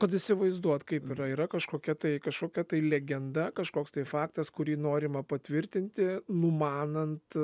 kad įsivaizduot kaip yra yra kažkokia tai kažkokia tai legenda kažkoks tai faktas kurį norima patvirtinti numanant